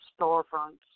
storefronts